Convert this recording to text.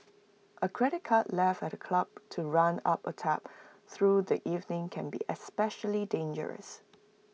A credit card left at the club to run up A tab through the evening can be especially dangerous